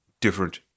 different